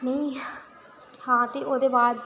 ते नेईं हां ते ओह्दे बा'द